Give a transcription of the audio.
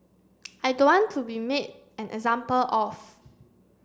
I don't want to be made an example of